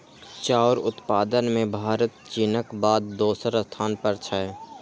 चाउर उत्पादन मे भारत चीनक बाद दोसर स्थान पर छै